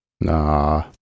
Nah